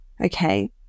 Okay